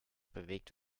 bewegt